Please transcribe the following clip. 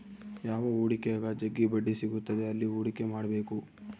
ಯಾವ ಹೂಡಿಕೆಗ ಜಗ್ಗಿ ಬಡ್ಡಿ ಸಿಗುತ್ತದೆ ಅಲ್ಲಿ ಹೂಡಿಕೆ ಮಾಡ್ಬೇಕು